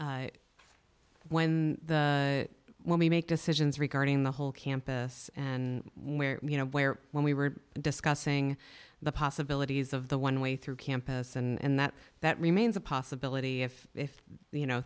when when we make decisions regarding the whole campus and where you know where when we were discussing the possibilities of the one way through campus and that that remains a possibility if if you know